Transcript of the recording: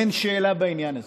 אין שאלה בעניין הזה.